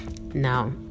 Now